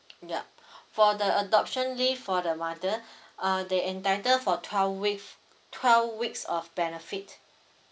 yup for the adoption leave for the mother uh they entitle for twelve weef twelve weeks of benefit